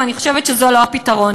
ואני חושבת שזה לא הפתרון.